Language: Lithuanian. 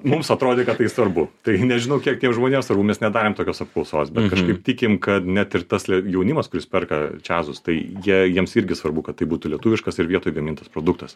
mums atrodė kad tai svarbu tai nežinau kiek tiem žmonėms svarbu mes nedarėm tokios apklausos bet kažkaip tikim kad net ir tas jaunimas kuris perka čiazus tai jie jiems irgi svarbu kad tai būtų lietuviškas ir vietoj gamintas produktas